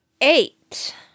eight